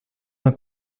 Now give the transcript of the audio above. d’un